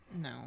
No